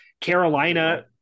Carolina